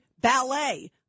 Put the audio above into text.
ballet